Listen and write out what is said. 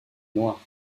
noir